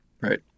Right